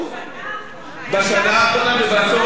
אבל למה לא עשית את זה כל השנה?